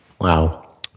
wow